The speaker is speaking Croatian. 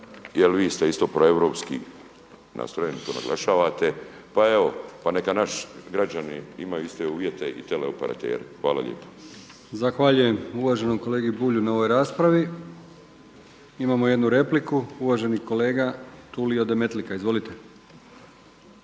jer vi ste isto proeuropski nastrojeni to naglašavate, pa evo pa neka naši građani imaju iste uvjete i teleoperateri. Hvala lijepo. **Brkić, Milijan (HDZ)** Zahvaljujem uvaženom kolegi Bulju na ovoj raspravi. Imamo jednu repliku. Uvaženi kolega Tulio Demetlika. Izvolite.